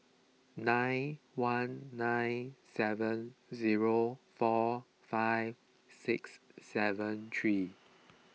nine one nine seven zero four five six seven three